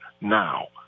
now